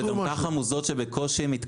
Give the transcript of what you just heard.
אלה גם ככה מוסדות שבקושי מתקיימים.